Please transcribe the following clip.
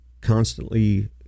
constantly